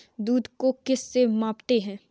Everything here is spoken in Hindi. दूध को किस से मापते हैं?